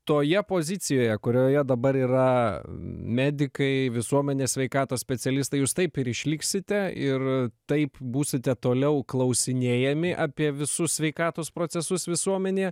toje pozicijoje kurioje dabar yra medikai visuomenės sveikatos specialistai jūs taip ir išliksite ir taip būsite toliau klausinėjami apie visus sveikatos procesus visuomenėje